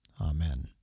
Amen